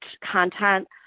content